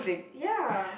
ya